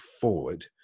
forward